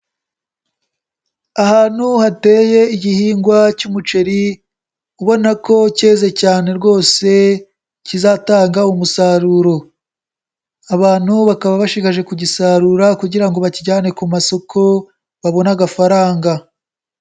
Ahantu hateye igihingwa cy'umuceri ubona ko cyeze cyane rwose kizatanga umusaruro, abantu bakaba bashigaje kugisarura kugira ngo bakijyane ku masoko babone agafaranga.